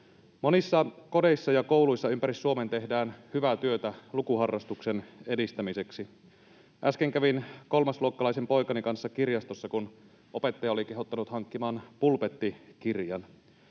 Monissa kodeissa ja kouluissa ympäri Suomen tehdään hyvää työtä lukuharrastuksen edistämiseksi. Äsken kävin kolmasluokkalaisen poikani kanssa kirjastossa, kun opettaja oli kehottanut hankkimaan pulpettikirjan.